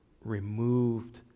removed